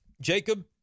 Jacob